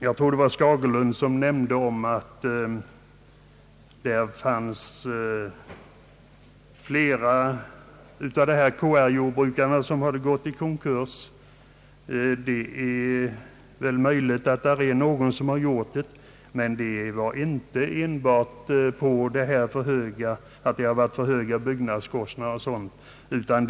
Herr Skagerlund nämnde att flera av KR-jordbrukarna hade gått i konkurs. Det är möjligt att någon gjort detta, men det var inte enbart på grund av höga byggnadskostnader och annat sådant.